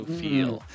feel